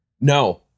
No